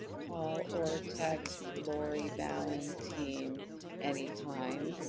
call or text lori ballen team anytime.